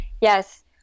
Yes